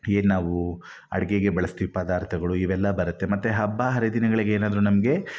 ಏನು ನಾವು ಅಡುಗೆಗೆ ಬಳಸ್ತೀವಿ ಪದಾರ್ಥಗಳು ಇವೆಲ್ಲ ಬರುತ್ತೆ ಮತ್ತು ಹಬ್ಬ ಹರಿದಿನಗಳಿಗೆ ಏನಾದರೂ ನಮಗೆ